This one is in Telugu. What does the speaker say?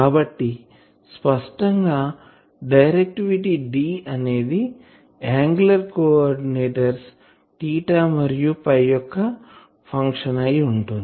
కాబట్టి స్పష్టంగా డైరెక్టివిటీ D అనేది యాంగులర్ కోఆర్డినెట్స్ మరియు యొక్క ఫంక్షన్ అయి ఉంటుంది